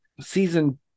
season